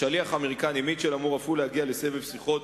השליח האמריקני מיטשל אמור אף הוא להגיע לסבב שיחות